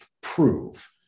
prove